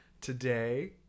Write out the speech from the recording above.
Today